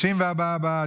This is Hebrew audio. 34 בעד,